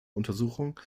untersuchungen